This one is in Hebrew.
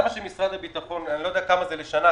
שמשרד הביטחון אני לא יודע מה הסכום לשנה,